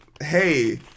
Hey